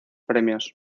premios